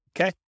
okay